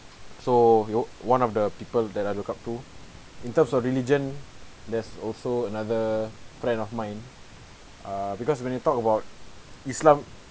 so you're one of the people that I look up to in terms of religion there's also another friend of mine uh because when you talk about islam